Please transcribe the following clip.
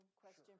question